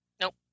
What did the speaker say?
Nope